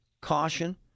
caution